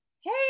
Hey